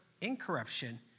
incorruption